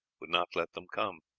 would not let them come.